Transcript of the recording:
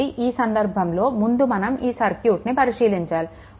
కాబట్టి ఈ సందర్భంలో ముందు మనం ఈ సర్క్యూట్ని పరిశీలించాలి